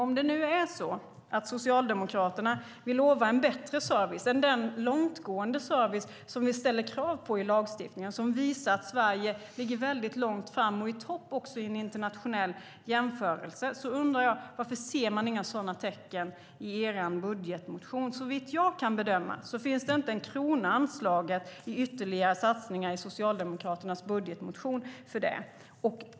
Om det nu är så att Socialdemokraterna vill lova en bättre service än den långtgående service som vi ställer krav på i lagstiftningen, som visar att Sverige ligger väldigt långt fram och i topp också i en internationell jämförelse, undrar jag: Varför ser man inga sådana tecken i er budgetmotion? Såvitt jag kan bedöma finns det inte en krona anslagen i ytterligare satsningar till det i Socialdemokraternas budgetmotion.